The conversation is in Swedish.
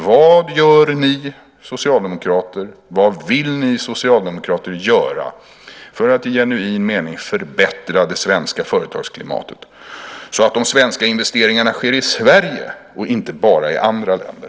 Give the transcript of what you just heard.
Vad gör ni socialdemokrater, och vad vill ni socialdemokrater göra, för att i genuin mening förbättra det svenska företagsklimatet så att de svenska investeringarna sker i Sverige och inte bara i andra länder?